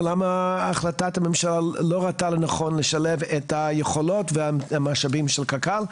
ולמה החלטת הממשלה לא ראתה לנכון לשלב את היכולות והמשאבים של קק"ל,